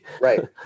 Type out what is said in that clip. Right